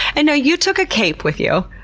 and you took a cape with you,